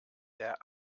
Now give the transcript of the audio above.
der